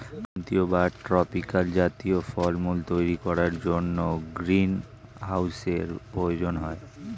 ক্রান্তীয় বা ট্রপিক্যাল জাতীয় ফলমূল তৈরি করার জন্য গ্রীনহাউসের প্রয়োজন হয়